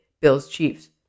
Bills-Chiefs